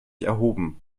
erhoben